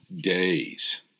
days